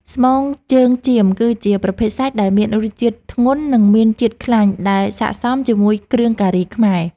ស្មងជើងចៀមគឺជាប្រភេទសាច់ដែលមានរសជាតិធ្ងន់និងមានជាតិខ្លាញ់ដែលស័ក្តិសមជាមួយគ្រឿងការីខ្មែរ។